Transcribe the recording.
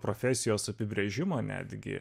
profesijos apibrėžimo netgi